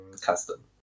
custom